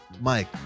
Mike